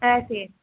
ஆ சரி